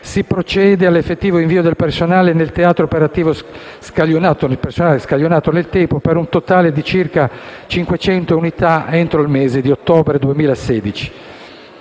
si procede all'effettivo invio di personale nel teatro operativo scaglionato nel tempo, per un totale di circa 500 unità entro il mese di ottobre 2016.